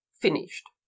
finished